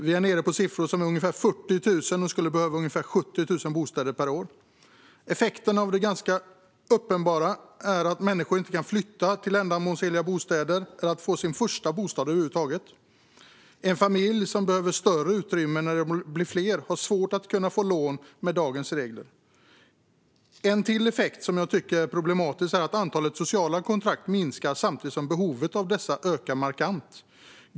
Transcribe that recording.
Vi är nere på ungefär 40 000 och skulle behöva ungefär 70 000 nya bostäder per år. En effekt av detta är att människor inte kan flytta till ändamålsenliga bostäder eller till sin första egna bostad. En familj som behöver större utrymme när den växer har svårt att få lån med dagens regler. En annan effekt som jag tycker är problematisk är att antalet sociala kontrakt minskar samtidigt som behovet av dessa ökar markant.